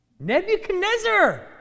Nebuchadnezzar